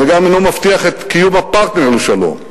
וגם אינו מבטיח את קיום הפרטנר לשלום.